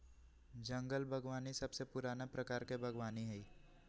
जंगल बागवानी सबसे पुराना प्रकार के बागवानी हई